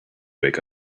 wake